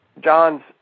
John's